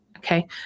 Okay